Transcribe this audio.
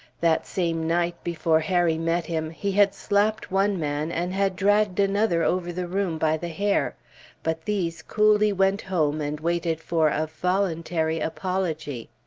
that same night, before harry met him, he had slapped one man, and had dragged another over the room by the hair but these coolly went home, and waited for a voluntary apology.